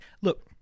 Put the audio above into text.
Look